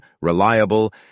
reliable